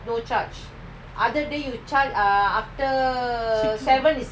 six